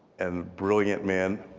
and brilliant man,